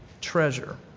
treasure